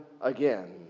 again